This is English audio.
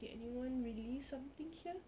did anyone release something here